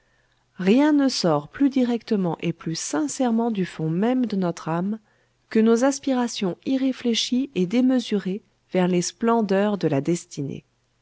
rien ne sort plus directement et plus sincèrement du fond même de notre âme que nos aspirations irréfléchies et démesurées vers les splendeurs de la destinée